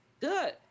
Good